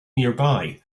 nearby